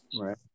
right